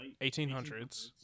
1800s